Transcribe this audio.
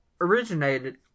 originated